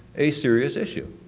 a serious issue.